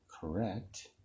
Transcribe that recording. correct